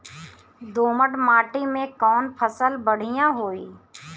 दोमट माटी में कौन फसल बढ़ीया होई?